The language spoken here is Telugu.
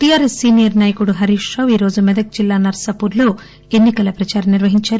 టీఆర్ఎస్ సీనియర్ నాయకుడు హరీష్ రావు ఈరోజు మెదక్ జిల్లా నర్పాపూర్ లో ఎన్నికల ప్రదారం నిర్వహించారు